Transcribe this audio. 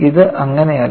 ഇത് അങ്ങനെ അല്ല